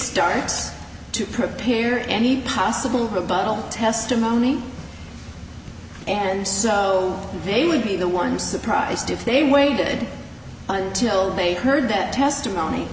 starts to prepare any possible rebuttal testimony and so they would be the one surprised if they waited until they heard that testimony